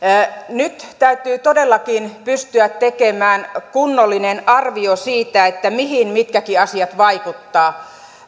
nyt täytyy todellakin pystyä tekemään kunnollinen arvio siitä mihin mitkäkin asiat vaikuttavat